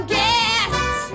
guests